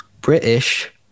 British